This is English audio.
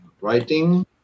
writing